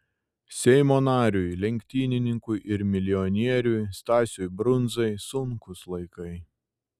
seimo nariui lenktynininkui ir milijonieriui stasiui brundzai sunkūs laikai